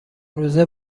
روزه